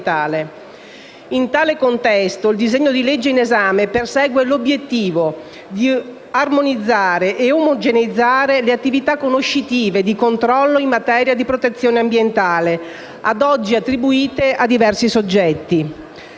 In tale contesto, il disegno di legge in esame persegue l'obiettivo di armonizzare e omogeneizzare le attività conoscitive e di controllo in materia di protezione ambientale, ad oggi attribuite a diversi soggetti.